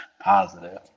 Positive